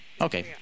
Okay